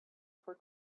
for